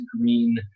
green